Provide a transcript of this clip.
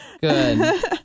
good